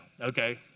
Okay